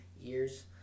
years